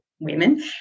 women